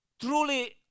truly